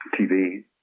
TV